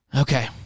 Okay